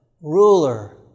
ruler